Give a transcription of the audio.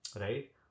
right